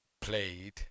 played